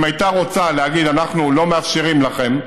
אם הייתה רוצה להגיד: אנחנו לא מאפשרים לכם,